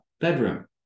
bedroom